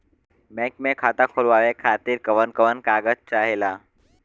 Bank मे खाता खोलवावे खातिर कवन कवन कागज चाहेला?